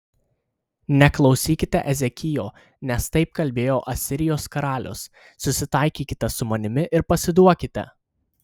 neklausykite ezekijo nes taip kalbėjo asirijos karalius susitaikykite su manimi ir pasiduokite